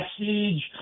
message